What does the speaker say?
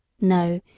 No